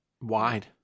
Wide